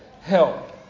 help